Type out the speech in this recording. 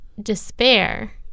despair